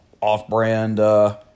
off-brand